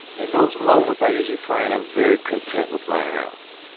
in those moments, i usually find i'm very content with my house,